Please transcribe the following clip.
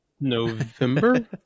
November